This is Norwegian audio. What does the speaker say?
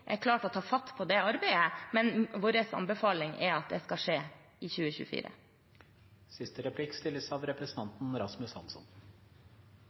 er klare til å ta fatt på det arbeidet, men vår anbefaling er at det skal skje i